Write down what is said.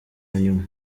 nyuma